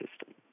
system